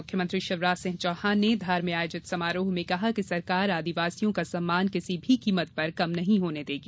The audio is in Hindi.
मुख्यमंत्री शिवराज सिंह चौहान ने धार में आयोजित समारोह में कहा कि सरकार आदिवासियों का सम्मान किसी भी कीमत पर कम नहीं होने देगी